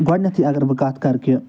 گۄڈٕنٮ۪تھٕے اَگر بہٕ کَتھ کَرٕ کہِ